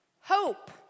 Hope